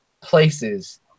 places